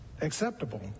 acceptable